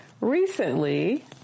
recently